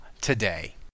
today